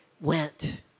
went